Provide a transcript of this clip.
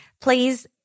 please